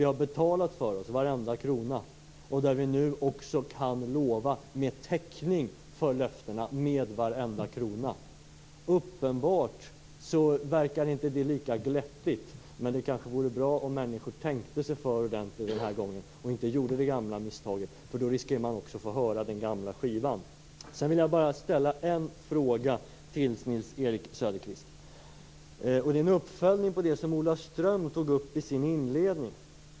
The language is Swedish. Vi har betalat för oss varenda krona. Vi kan nu lova täckning för löftena med varenda krona. Uppenbart verkar det inte lika glättigt. Men det kanske vore bra om människor tänkte sig för ordentligt den här gången och inte gjorde det gamla misstaget, för då riskerar man att få höra den gamla skivan. Jag vill ställa bara en fråga till Nils-Erik Söderqvist. Det är en uppföljning av det som Ola Ström tog upp i sin inledning.